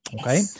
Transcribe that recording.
okay